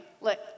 Look